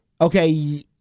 Okay